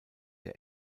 der